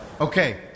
Okay